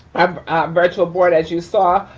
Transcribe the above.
um ah virtual board, as you saw,